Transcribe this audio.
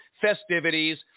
festivities